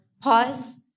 pause